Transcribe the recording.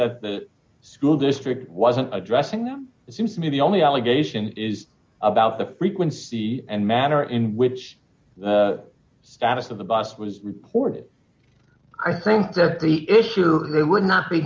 that the school district wasn't addressing them it seems to me the only allegation is about the frequency and manner in which the status of the bust was reported i think that the issue really would not be